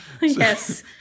Yes